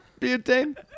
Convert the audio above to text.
Butane